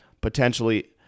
potentially